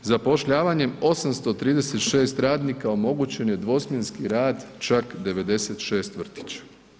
Zapošljavanjem 836 radnika omogućen je dvosmjenski rad čak 96 vrtića.